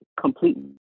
completely